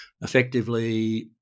effectively